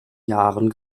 jahren